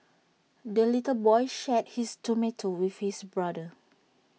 the little boy shared his tomato with his brother